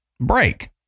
break